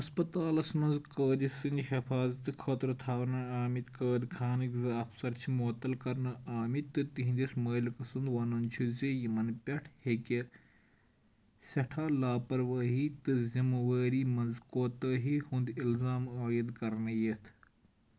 ہسپَتالس منٛز قٲدِ سنٛدِ حفاظتہٕ خٲطرٕ تھاونہٕ آمٕتۍ قٲد خانٕکۍ زٕ افسر چھِ مُعطل کرنہٕ آمٕتۍ تہٕ تِہنٛدِس مٲلِکہٕ سُنٛد وَنُن چھُ زِ یِمن پیٹھ ہیٚکہِ سٮ۪ٹھاہ لاپروٲہی تہٕ ذِمہٕ وٲری منز كوتٲہی ہُند الزام عٲید كرنہٕ یِتھ